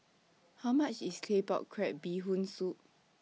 How much IS Claypot Crab Bee Hoon Soup